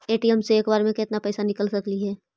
ATM से एक बार मे केत्ना पैसा निकल सकली हे?